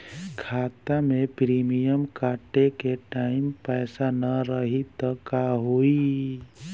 खाता मे प्रीमियम कटे के टाइम पैसा ना रही त का होई?